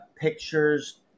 pictures